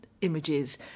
images